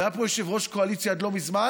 והיה פה עד לא מזמן